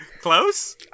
Close